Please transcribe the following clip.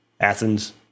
Athens